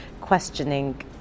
questioning